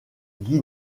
guy